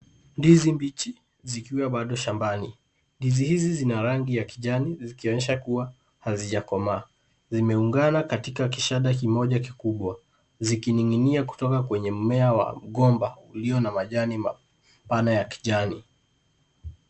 Ndizi mbichi zikiwa bado shambani. Ndizi hizi zina rangi ya kijani zikionyesha kuwa hazijakomaa. Zimeungana katika kishada kimoja kikubwa zikininginia kutoka kwenye mmea wa mgomba ulio na majani mapana ya kijani.